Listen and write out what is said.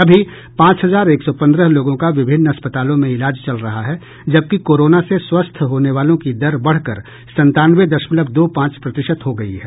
अभी पांच हजार एक सौ पन्द्रह लोगों का विभिन्न अस्पतालों में इलाज चल रहा है जबकि कोरोना से स्वस्थ होने वालों की दर बढ़ कर संतानवे दशमलव दो पांच प्रतिशत हो गयी है